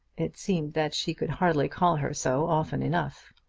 it seemed that she could hardly call her so often enough.